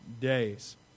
days